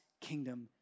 kingdom